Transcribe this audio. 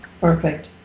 Perfect